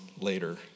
later